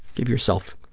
give yourself,